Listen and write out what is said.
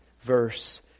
verse